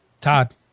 Todd